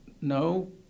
no